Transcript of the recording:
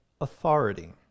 authority